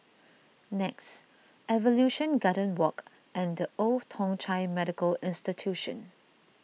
Nex Evolution Garden Walk and the Old Thong Chai Medical Institution